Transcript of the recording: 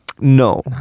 no